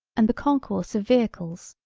and the concourse of vehicles,